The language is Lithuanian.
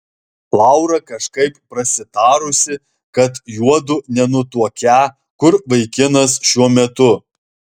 laura kažkaip prasitarusi kad juodu nenutuokią kur vaikinas šiuo metu